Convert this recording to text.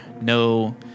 No